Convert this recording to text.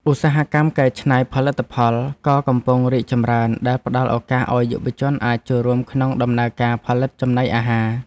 ឧស្សាហកម្មកែច្នៃកសិផលក៏កំពុងរីកចម្រើនដែលផ្តល់ឱកាសឱ្យយុវជនអាចចូលរួមក្នុងដំណើរការផលិតចំណីអាហារ។